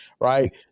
right